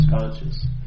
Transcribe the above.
conscious